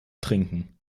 trinken